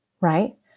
right